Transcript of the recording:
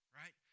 right